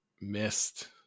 missed